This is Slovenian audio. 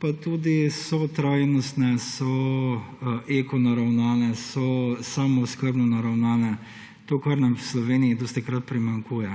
pa tudi so trajnostne, so eko naravnane, so samooskrbno naravnane. To, kar nam v Sloveniji dostikrat primanjkuje.